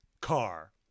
car